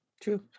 True